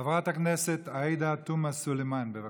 חברת הכנסת עאידה תומא סלימאן, בבקשה.